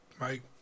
Mike